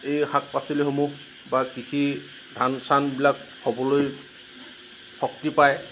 এই শাক পাচলিসমূহ বা কৃষি ধান চানবিলাক হ'বলৈ শক্তি পায়